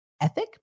ethic